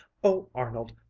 oh, arnold!